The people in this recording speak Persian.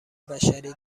بشری